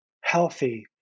healthy